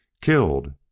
killed